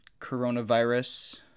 coronavirus